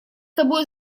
тобой